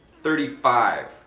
thirty five.